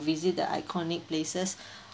visit the iconic places